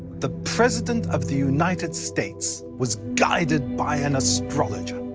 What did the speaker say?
the president of the united states was guided by an astrologer